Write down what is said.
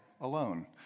alone